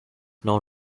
known